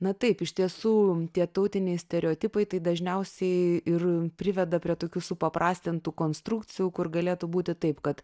na taip iš tiesų tie tautiniai stereotipai tai dažniausiai ir priveda prie tokių supaprastintų konstrukcijų kur galėtų būti taip kad